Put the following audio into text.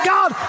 God